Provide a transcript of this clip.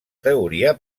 teoria